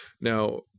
Now